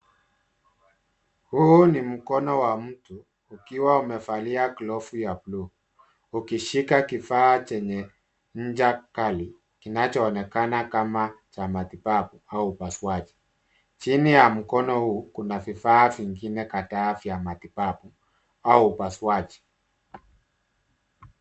Huu ni mkono wa mtu, ukiwa umevalia glavu ya bluu, ukishika kifaa chenye ncha kali, kinachoonekana kama cha matibabu au upasuaji. Chini ya mkono huu, kuna vifaa vingine kadhaa vya matibabu au upasuaji.